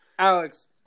Alex